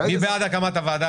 מי בעד הקמת הוועדה?